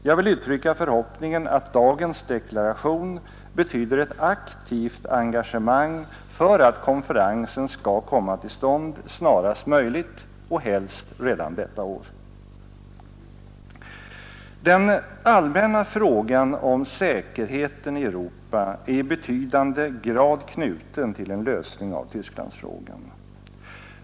Jag vill uttrycka förhoppningen att dagens deklaration betyder ett aktivt engagemang för att konferensen skall komma till stånd snarast möjligt, helst redan detta år. Den allmänna frågan om säkerheten i Europa är i betydande grad knuten till en lösning av Tysklandsfrågan.